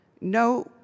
no